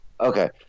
Okay